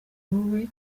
uwe